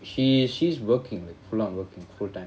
she she's working like full on working full time